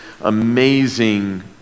amazing